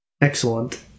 Excellent